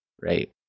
Right